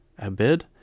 Abid